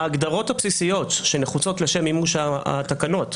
ההגדרות הבסיסיות שנחוצות לשם מימוש התקנו,